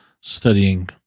studying